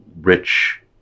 rich